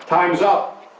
time's up.